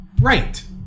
right